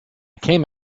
came